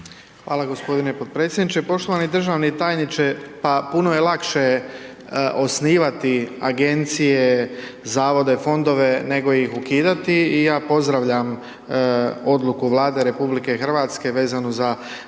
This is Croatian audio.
Hvala gospodine potpredsjedniče. Poštovani državni tajniče, pa puno je lakše osnivati Agencije, Zavode, Fondove, nego ih ukidati i ja pozdravljam odluku Vlade RH vezanu za